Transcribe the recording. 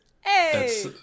Hey